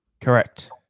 correct